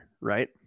right